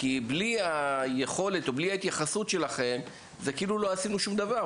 כי בלי היכולת או בלי ההתייחסות שלכם זה כאילו לא עשינו שום דבר,